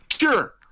sure